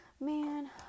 Man